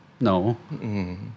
No